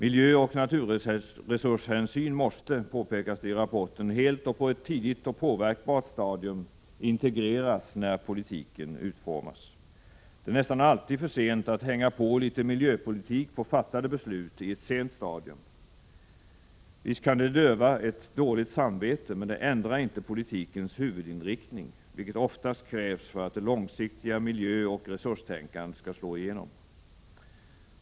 Miljöoch naturresurshänsyn måste, påpekas det i rapporten, helt och på ett tidigt och påverkbart stadium integreras när politiken utformas. Det är nästan alltid för sent att hänga på litet miljöpolitik på fattade beslut i ett sent stadium. Visst kan det döva ett dåligt samvete, men det ändrar inte politikens huvudinriktning, vilket oftast krävs för att det långsiktiga miljöoch resurstänkandet skall slå igenom.